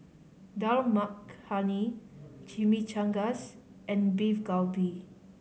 Dal Makhani Chimichangas and Beef Galbi